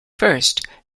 first